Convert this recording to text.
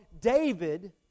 David